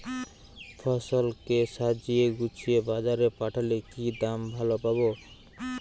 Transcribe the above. ফসল কে সাজিয়ে গুছিয়ে বাজারে পাঠালে কি দাম ভালো পাব?